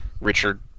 Richard